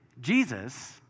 Jesus